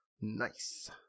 Nice